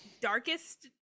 darkest